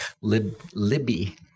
Libby